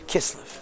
Kislev